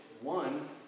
one